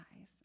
eyes